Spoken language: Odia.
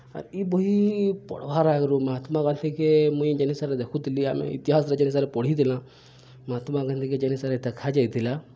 ଆର୍ ଇ ବହି ପଢ଼୍ବାର୍ ଆଗ୍ରୁ ମହାତ୍ମା ଗାନ୍ଧୀକେ ମୁଇଁ ଯେନ୍ ହିସାବ୍ରେ ଦେଖୁଥିଲି ଆମେ ଇତିହାସ୍ରେ ଯେନ୍ ହିସାବ୍ରେ ପଢ଼ିଥିଲା ମହାତ୍ମା ଗାନ୍ଧୀକେ ଯେନ୍ ହିସାବ୍ରେ ଦେଖାଯାଇଥିଲା